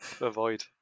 Avoid